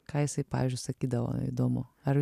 ką jisai pavyzdžiui sakydavo įdomu ar jūs